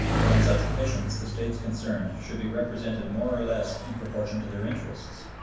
but on such commissions the states concerned should be represented more or less in proportion to their interests.